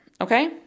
okay